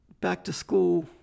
back-to-school